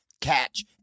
Catch